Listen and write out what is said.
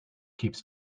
keeps